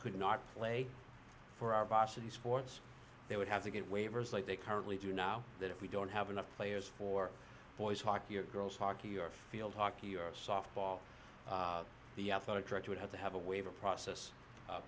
could not play for our boston sports they would have to get waivers like they currently do now that if we don't have enough players for boys hockey or girls hockey or field hockey or softball the athletic director would have to have a waiver process